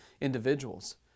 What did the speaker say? individuals